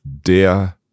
der